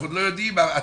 אנחנו עוד לא יודעים,